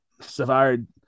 Savard